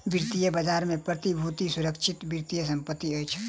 वित्तीय बजार में प्रतिभूति सुरक्षित वित्तीय संपत्ति अछि